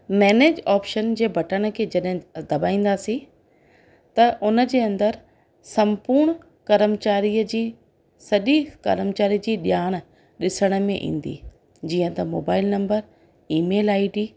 manage option जे button खे जॾहिं दॿाईंदासीं त उन जे अंदरि सम्पूर्ण कर्मचारीअ जी सॼी कर्मचारी जी ॼाण ॾिसण में ईंदी जीअं त mobile number email I D